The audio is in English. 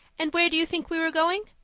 and where do you think we were going?